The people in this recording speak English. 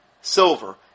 silver